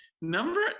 Number